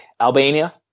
Albania